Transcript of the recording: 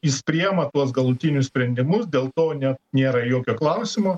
jis priema tuos galutinius sprendimus dėl to net nėra jokio klausimo